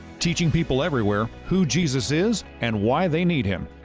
teaching people everywhere who jesus is and why they need him.